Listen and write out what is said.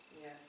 Yes